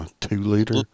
two-liter